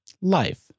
Life